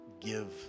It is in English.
give